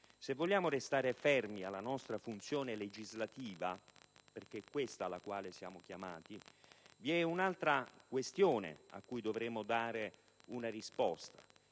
Se vogliamo restare fermi alla nostra funzione legislativa - perché è questa alla quale siamo chiamati - vi è un'altra questione a cui dovremmo dare una risposta: